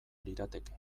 lirateke